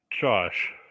Josh